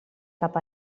cap